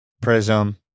prism